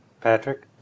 Patrick